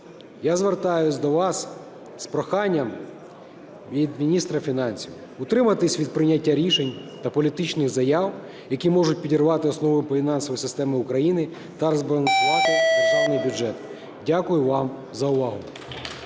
я звертаюся до вас з проханням від міністра фінансів: утриматись від прийняття рішень та політичних заяв, які можуть підірвати основи фінансової системи України та розбалансувати державний бюджет. Дякую вам за увагу.